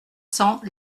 cents